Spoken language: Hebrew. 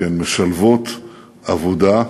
כי הן משלבות עבודה,